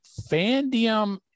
Fandium